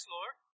Lord